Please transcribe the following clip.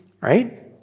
right